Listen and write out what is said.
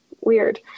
weird